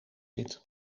zit